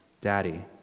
Daddy